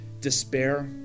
despair